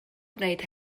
gwneud